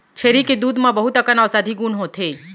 छेरी के दूद म बहुत अकन औसधी गुन होथे